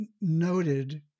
noted